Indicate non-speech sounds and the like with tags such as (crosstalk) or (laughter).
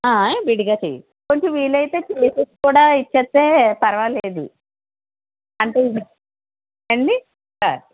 విడిగా చెయ్యి కొంచెం వీలైతే (unintelligible) కూడా చెప్తే పర్వాలేదు అంటే (unintelligible)